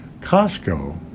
Costco